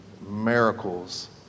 miracles